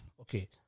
Okay